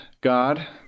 God